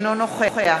אינו נוכח